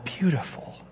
beautiful